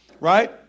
Right